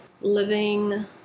living